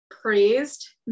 praised